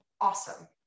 awesome